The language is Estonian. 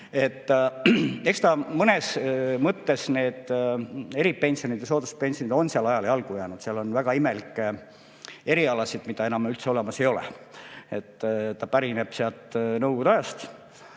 Eks mõnes mõttes need eripensionid ja sooduspensionid on ajale jalgu jäänud. Seal on väga imelikke erialasid, mida enam üldse olemas ei ole – see pärineb Nõukogude ajast